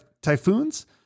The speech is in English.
Typhoons